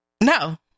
no